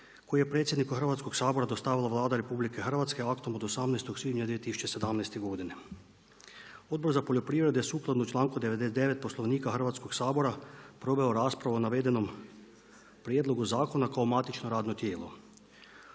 koji je predsjedniku Hrvatskoga sabora dostavila Vlada RH aktom od 18. svibnja 2017. godine. Odbor za poljoprivredu je sukladno članku 99. Poslovnika Hrvatskoga sabora proveo raspravu o navedenom prijedlogu zakona kao matično radno tijelo.